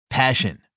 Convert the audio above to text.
Passion